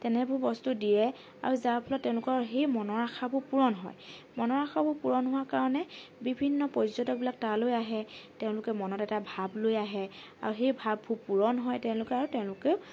তেনেবোৰ বস্তু দিয়ে আৰু যাৰ ফলত তেওঁলোকৰ সেই মনৰ আশাবোৰ পূৰণ হয় মনৰ আশাবোৰ পূৰণ হোৱা কাৰণে বিভিন্ন পৰ্যটকবিলাক তালৈ আহে তেওঁলোকে মনত এটা ভাব লৈ আহে আৰু সেই ভাববোৰ পূৰণ হয় তেওঁলোকে আৰু তেওঁলোকেও